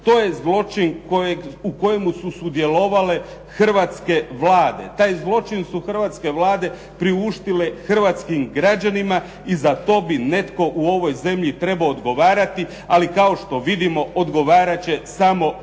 To je zločin u kojemu su sudjelovale hrvatske Vlade. Taj zločin su hrvatske Vlade priuštile hrvatskim građanima i za to bi netko u ovoj zemlji trebao odgovarati, ali kao što vidimo odgovarati će samo